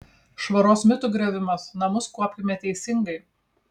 švaros mitų griovimas namus kuopkime teisingai